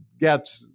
get